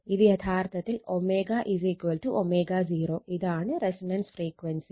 ഇത് യഥാർത്ഥത്തിൽ ω ω0 ഇതാണ് റെസൊണൻസ് ഫ്രീക്വൻസി